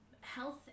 health